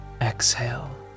Exhale